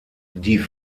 die